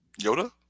Yoda